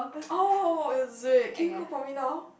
oh is it can you cook for me now